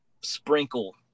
sprinkle